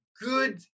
good